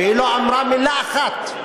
והיא לא אמרה מילה אחת,